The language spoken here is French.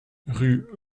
rue